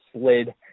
slid